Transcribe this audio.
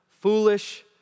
foolish